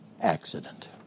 accident